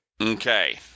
Okay